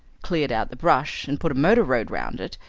cleared out the brush, and put a motor road round it.